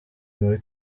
muri